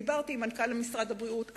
דיברתי עם מנכ"ל משרד הבריאות עכשיו,